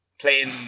Playing